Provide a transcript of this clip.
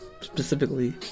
specifically